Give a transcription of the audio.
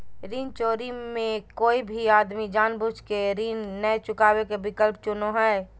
ऋण चोरी मे कोय भी आदमी जानबूझ केऋण नय चुकावे के विकल्प चुनो हय